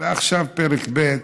ועכשיו פרק ב',